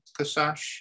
Kasash